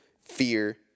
fear